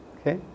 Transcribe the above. Okay